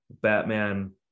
Batman